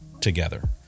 together